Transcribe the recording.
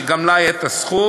שגם לה תהיה זכות.